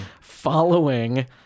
Following